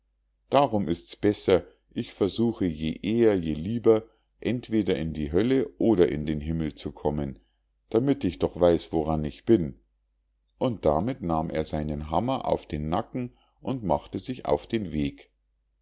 darum ist's besser ich versuche je eher je lieber entweder in die hölle oder in den himmel zu kommen damit ich doch weiß woran ich bin und damit nahm er seinen hammer auf den nacken und machte sich auf den weg